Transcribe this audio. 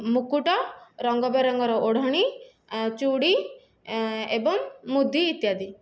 ମୁକୁଟ ରଙ୍ଗ ବେରଙ୍ଗର ଓଢ଼ଣୀ ଚୁଡ଼ି ଏବଂ ମୁଦି ଇତ୍ୟାଦି